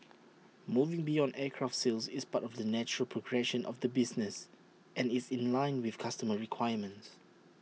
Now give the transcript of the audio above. moving beyond aircraft sales is part of the natural progression of the business and is in line with customer requirements